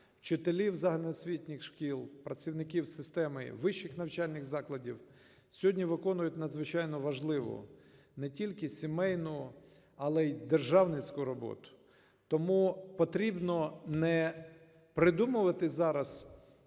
вчителів загальноосвітніх шкіл, працівників системи вищих навчальних закладів, сьогодні виконують надзвичайно важливу, не тільки сімейну, але і державницьку роботу. Тому потрібно не придумувати зараз